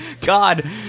God